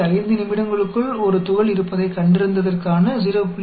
5 நிமிடங்களுக்குள் ஒரு துகள் இருப்பதைக் கண்டறிந்ததற்கான 0